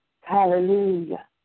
Hallelujah